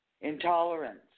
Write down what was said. intolerance